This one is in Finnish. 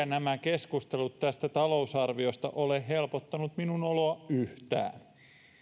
nämä keskustelut tästä talousarviosta ole helpottaneet minun oloani yhtään